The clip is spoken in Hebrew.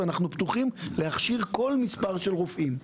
ואנחנו פתוחים להכשיר כל מספר של רופאים.